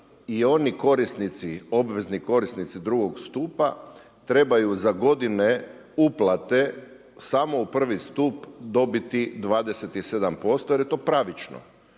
i oni korisnici obvezni korisnici drugog stupa trebaju za godine uplate samo u prvi stup dobiti 27% jer je to pravično.